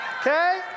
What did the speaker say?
Okay